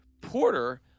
Porter